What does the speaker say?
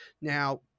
Now